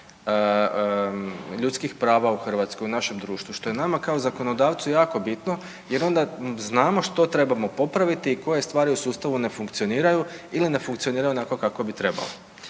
ljudskih prava u Hrvatskoj u našem društvu što je nama kao zakonodavcu jako bitno jer onda znamo što trebamo popraviti i koje stvari u sustavu ne funkcioniraju ili ne funkcioniraju onako kako bi trebao.